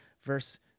verse